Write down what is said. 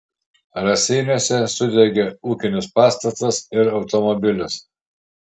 raseiniuose sudegė ūkinis pastatas ir automobilis